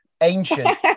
ancient